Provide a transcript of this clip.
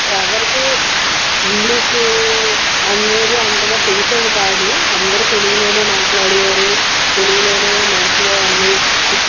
ఎవరికీ ఇంగ్లీషు అనేది అంతగా తెలిసేది కాదు అందరూ తెలుగులోనే మాట్లాడేవారు తెలుగులోనే మంచిగా అన్నీ